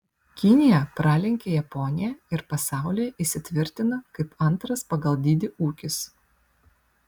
kinija pralenkia japoniją ir pasaulyje įsitvirtina kaip antras pagal dydį ūkis